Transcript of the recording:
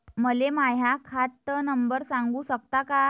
मले माह्या खात नंबर सांगु सकता का?